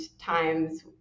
times